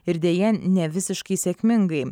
ir deja nevisiškai sėkmingai